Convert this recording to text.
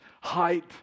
height